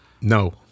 No